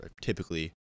typically